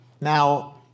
Now